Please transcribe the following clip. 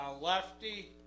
Lefty